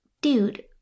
Dude